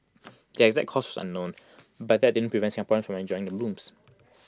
the exact cause was unknown but that didn't prevent Singaporeans from enjoying the blooms